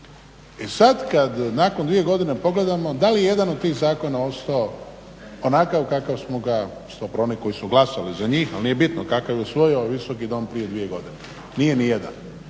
I sad kad nakon dvije godine pogledamo, da li jedan od tih zakona ostao onakav kakav smo ga, zapravo oni koji su glasali za njih, ali nije bitno, kakav je usvojio Visoki dom prije dvije godine? Nije ni jedan.